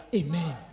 amen